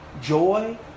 joy